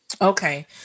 Okay